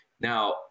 Now